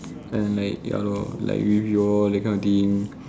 and like ya lor like with you all that kind of thing